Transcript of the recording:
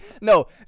No